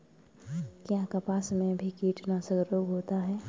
क्या कपास में भी कीटनाशक रोग होता है?